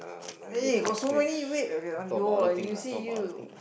eh got so many wait okay !aiyo! you see you